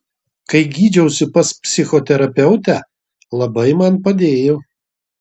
kai gydžiausi pas psichoterapeutę labai man padėjo